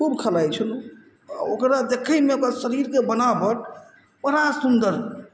खूब खेलाइ छलहुँ आओर ओकरा देखयमे ओकर शरीरके बनावट बड़ा सुन्दर